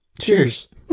cheers